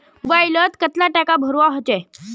Mobile लोत कतला टाका भरवा होचे?